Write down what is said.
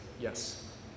yes